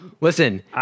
listen